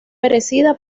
merecida